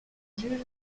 jugent